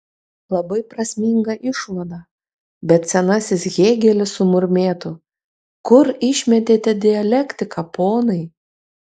labai prasminga išvada bet senasis hėgelis sumurmėtų kur išmetėte dialektiką ponai